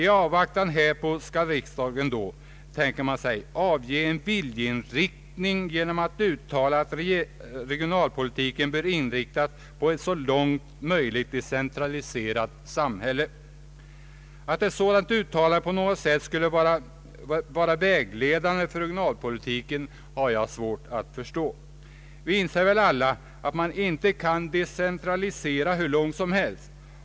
I avvaktan härpå skall riksdagen då, tänker man sig, ange en viljeinriktning genom att uttala att regionalpolitiken bör inriktas på ett så långt möjligt decentraliserat samhälle. Att ett sådant uttalande på något sätt skulle kunna vara vägledande för regionalpolitiken har jag svårt att förstå. Vi inser väl alla att man inte kan decentralisera hur långt som helst.